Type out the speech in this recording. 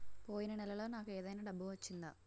పోయిన నెలలో నాకు ఏదైనా డబ్బు వచ్చిందా?